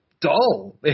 dull